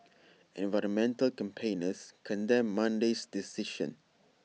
environmental campaigners condemned Monday's decision